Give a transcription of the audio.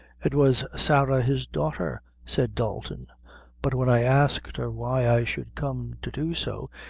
it was sarah, his daughter, said dalton but when i asked her why i should come to do so,